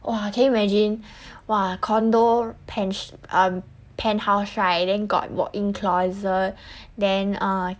!wah! can you imagine !wah! condo pent~ uh penthouse right then got walk in closet then uh